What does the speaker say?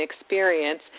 experience